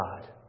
God